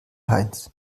heinz